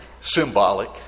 symbolic